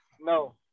no